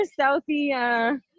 Southie